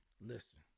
Listen